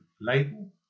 label